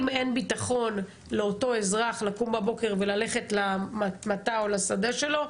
אם אין לאותו אזרח ביטחון לקום בבוקר וללכת למטע או לשדה שלו,